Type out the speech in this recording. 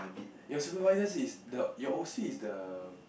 your supervisor is the your O_C is the